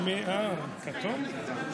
משפחה.